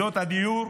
ביחידות הדיור.